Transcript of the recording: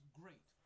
great